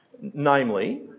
namely